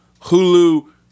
hulu